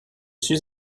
suis